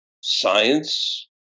science